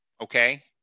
Okay